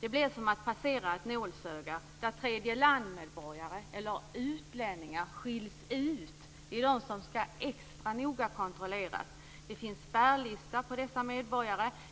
Det blir som att passera ett nålsöga där medborgare i tredje land eller utlänningar skiljs ut. Det är de som skall kontrolleras extra noga. Det finns en spärrlista för dessa medborgare.